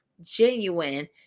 genuine